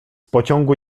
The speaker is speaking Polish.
pociągu